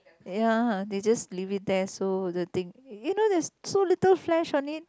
ya they just leave it there so the thing you know there so little flesh on it